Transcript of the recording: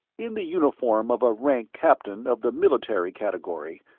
in the uniform of a rank captain of the military category,